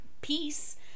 peace